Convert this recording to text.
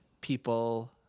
people